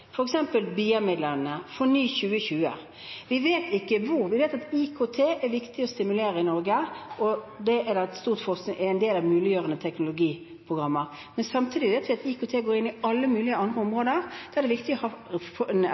Vi vet ikke hvor. Vi vet at IKT er viktig å stimulere i Norge, og det er en del av muliggjørende teknologiprogrammer. Samtidig vet vi at IKT går inn i alle mulige andre områder. Da er det viktig å ha